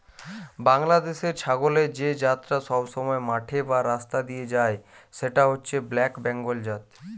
বাংলাদেশের ছাগলের যে জাতটা সবসময় মাঠে বা রাস্তা দিয়ে যায় সেটা হচ্ছে ব্ল্যাক বেঙ্গল জাত